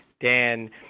Dan